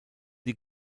die